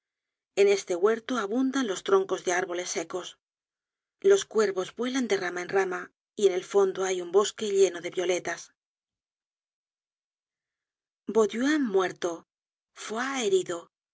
en este huerto abundan los troncos de árboles secos los cuervos vuelan de rama en rama y en el fondo hay un bosque lleno de violetas bauduin muerto foy herido